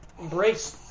Embrace